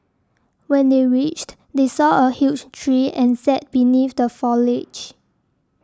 when they reached they saw a huge tree and sat beneath the foliage